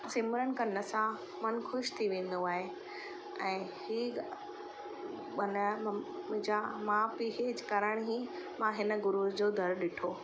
सिमरन करण सां मनु ख़ुशि थी वेंदो आहे ऐं ही माना मुंहिंजा माउ पीउ जे कारण ही मां हिन गुरु जो दर ॾिठो